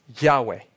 Yahweh